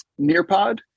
Nearpod